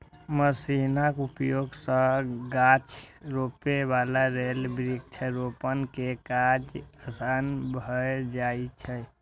मशीनक उपयोग सं गाछ रोपै बला लेल वृक्षारोपण के काज आसान भए जाइ छै